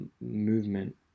movement